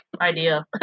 idea